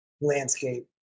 landscape